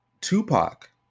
Tupac